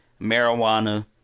marijuana